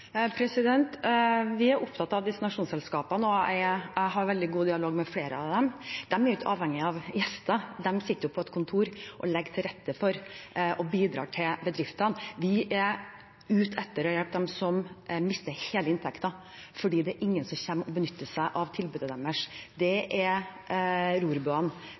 Vi er opptatt av destinasjonsselskapene, og jeg har veldig god dialog med flere av dem. De er jo ikke avhengige av gjester; de sitter på et kontor og legger til rette for og bidrar overfor bedriftene. Vi er ute etter å hjelpe dem som mister hele inntekten fordi ingen kommer og benytter seg av tilbudet deres. Det er